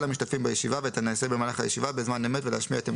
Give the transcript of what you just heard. המשתתפים בישיבה ואת הנעשה במהלך הישיבה בזמן אמת ולהשמיע את עמדתם.